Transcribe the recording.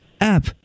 app